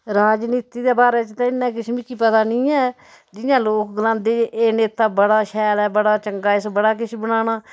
राजनीति दे बारे च ते इन्ना मिकी किश पता नी ऐ जियां लोक गलांदे एह् नेता बड़ा शैल ऐ बड़ा चंगा ऐ इस बड़ा किश बनाना